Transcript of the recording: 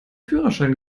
führerschein